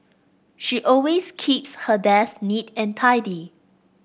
she always keeps her desk neat and tidy